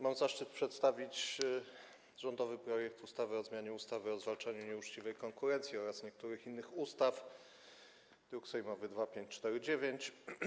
Mam zaszczyt przedstawić rządowy projekt ustawy o zmianie ustawy o zwalczaniu nieuczciwej konkurencji oraz niektórych innych ustaw, druk sejmowy nr 2549.